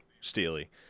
Steely